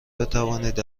بتوانید